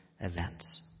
events